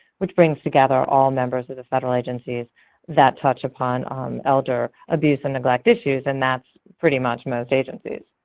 which brings together all members of the federal agencies that touch upon um elder abuse and neglect issues, and that's pretty much most agencies.